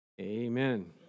Amen